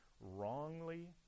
wrongly